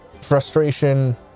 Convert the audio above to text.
frustration